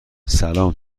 سلام